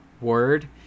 word